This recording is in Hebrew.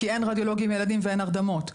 כי אין רדיולוגים ילדים ואין הרדמות.